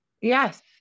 Yes